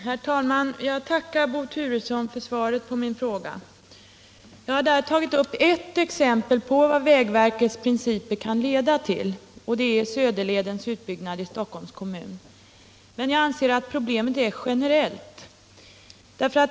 Herr talman! Jag tackar Bo Turesson för svaret på min fråga. Jag har där tagit upp ert exempel på vad vägverkets principer kan leda till, och det är Söderledens utbyggnad i Stockholms kommun. Men problemet är generellt.